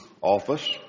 office